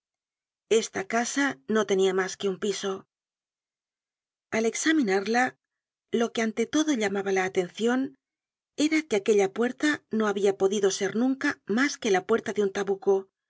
esta casa no tenia mas que un piso al examinarla lo que ante todo llamaba la atencion era que aquella puerta no habia podido ser nunca mas que la puerta de un tabuco